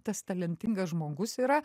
tas talentingas žmogus yra